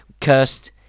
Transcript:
cursed